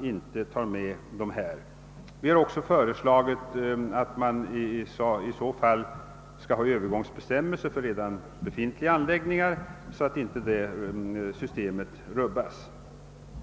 vi det är egendomligt att man inte tagit med detta. Vi har samtidigt föreslagit att det i så fall skall finnas övergångsbestämmelser för redan befintliga anläggningar, så att systemet inte rubbas.